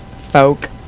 folk